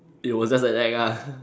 it was just an act lah